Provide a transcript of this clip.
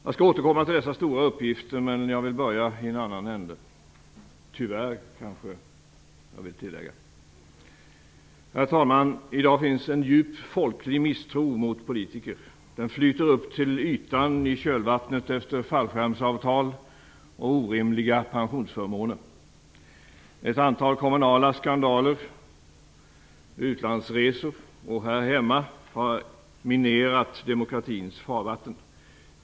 Jag skall återkomma till dessa stora uppgifter, men jag vill börja i en annan ända - tyvärr, vill jag nog tillägga. Herr talman! I dag finns det en djup folklig misstro mot politiker. Den flyter upp till ytan i kölvattnet efter fallskärmsavtal och orimliga pensionsförmåner. Ett antal kommunala skandaler, vid utlandsresor och här hemma, har minerat demokratins farvatten.